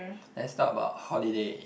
let's talk about holiday